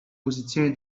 postazioni